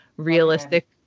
realistic